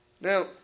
Now